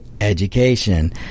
education